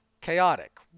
chaotic